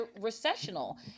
recessional